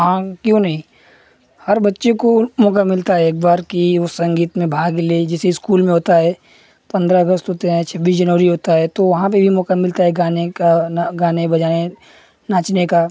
हाँ क्यों नहीं हर बच्चे को मौक़ा मिलता है एक बार कि वह संगीत में भाग ले जैसे इस्कूल में होता है पन्द्रह अगस्त होते हैं छब्बीस जनवरी होता है तो वहाँ पर भी मौक़ा मिलता है गाने का गाने बजाने नाचने का